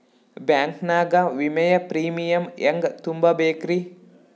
Bank ನಾಗ ವಿಮೆಯ premium ಹೆಂಗ್ ತುಂಬಾ ಬೇಕ್ರಿ?